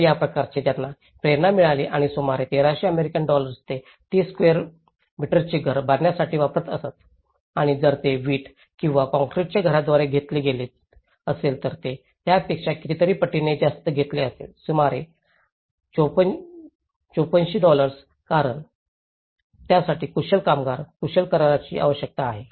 तर या प्रकारामुळे त्यांना प्रेरणा मिळाली आणि सुमारे 1300 अमेरिकन डॉलर्स ते 30 स्वेअर मीटरचे घर बांधण्यासाठी वापरत असत आणि जर ते वीट किंवा काँक्रीटच्या घराद्वारे घेतले गेले असेल तर ते त्यापेक्षा कितीतरी पटीने जास्त घेतले असेल सुमारे 5400 डॉलर्स कारण त्यासाठी कुशल कामगार कुशल कराराची आवश्यकता आहे